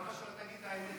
שאני אעליב?